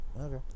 Okay